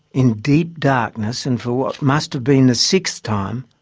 in deep darkness and for what must have been the sixth time,